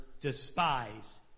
despise